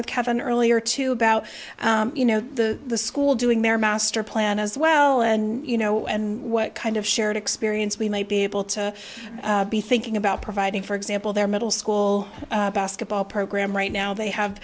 with kevin earlier too about you know the school doing their master plan as well and you know and what kind of shared experience we might be able to be thinking about providing for example their middle school basketball program right now they have